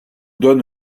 donne